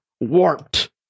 warped